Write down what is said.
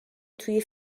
توی